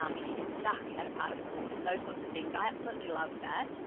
um if you get stuck at a part of the course and those sorts of things, i absolutely love that.